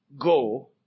go